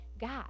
God